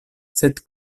sed